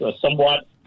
somewhat